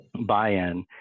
buy-in